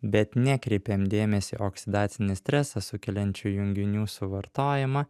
bet nekreipiam dėmesį į oksidacinį stresą sukeliančių junginių suvartojimą